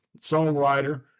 songwriter